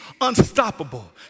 unstoppable